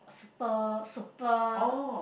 super super